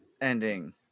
ending